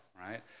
right